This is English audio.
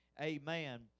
Amen